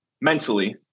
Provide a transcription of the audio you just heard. mentally